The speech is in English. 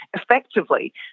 Effectively